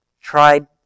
tried